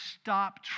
stop